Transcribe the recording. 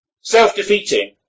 self-defeating